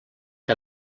que